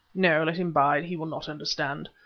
no let him bide. he will not understand.